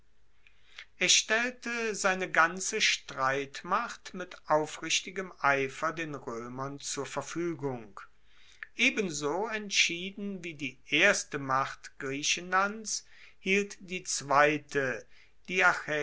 er stellte seine ganze streitmacht mit aufrichtigem eifer den roemern zur verfuegung ebenso entschieden wie die erste macht griechenlands hielt die zweite die